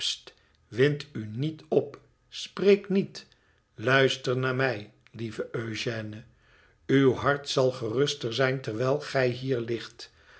wind u niet op spreek niet luister naar mij lieve eugène uw hart zal geruster zijn terwijl gij hier ligt